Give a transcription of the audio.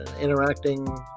interacting